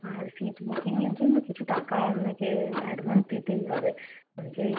আর seat বুকিংয়ের জন্য কিছু টাকা আপনাকে অ্যাডভান্স দিতেই হবে নইলে